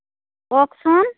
কওকচোন